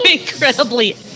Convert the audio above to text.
incredibly